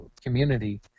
community